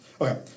okay